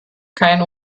keinen